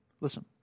Listen